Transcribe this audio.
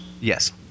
Yes